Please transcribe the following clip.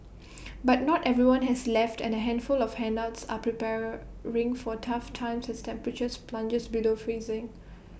but not everyone has left and A handful of holdouts are preparing for tough times as temperatures plunge below freezing